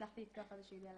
ושהצלחתי לפתוח איזושהי דלת.